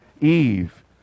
Eve